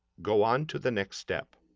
go on to the next step.